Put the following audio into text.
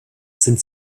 sind